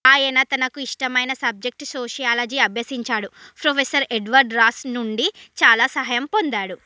ఆయన తనకు ఇష్టమైన సబ్జెక్ట్ సోషియాలజీ అభ్యసించాడు ప్రొఫెసర్ ఎడ్వర్డ్ రాస్ నుండి చాలా సహాయం పొందాడు